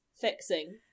fixing